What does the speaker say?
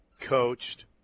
coached